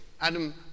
Adam